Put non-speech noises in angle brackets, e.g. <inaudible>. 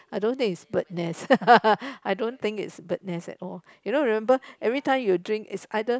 I don't think is bird nest <laughs> I don't think is bird nest at all you don't remember everytime you drink is either